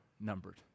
numbered